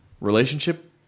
Relationship